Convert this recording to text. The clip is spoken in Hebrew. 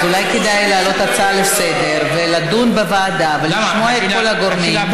אז אולי כדאי להעלות הצעה לסדר-היום ולדון בוועדה ולשמוע את כל הגורמים.